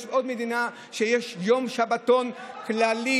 יש עוד מדינה שיש בה יום שבתון כללי?